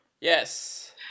Yes